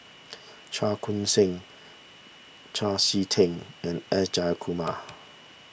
Cheong Koon Seng Chau Sik Ting and S Jayakumar